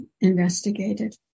investigated